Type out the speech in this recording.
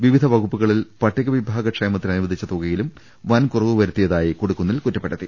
വിവിധ വകുപ്പുകളിൽ പട്ടികവിഭാഗ ക്ഷേമത്തിന് അനുവദിച്ച തുകയിലും വൻകുറവ് വരുത്തിയതായി കൊടിക്കുന്നിൽ കുറ്റപ്പെടുത്തി